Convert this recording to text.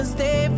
stay